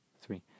three